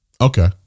Okay